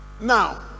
now